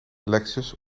lexus